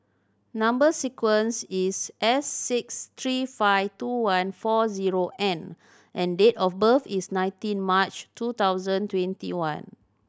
number sequence is S six three five two one four zero N and date of birth is nineteen March two thousand twenty one